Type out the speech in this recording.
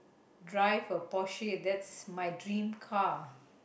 drive a Porche that's my dream car